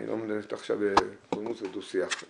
אני לא מנהל איתך עכשיו פולמוס או דו שיח.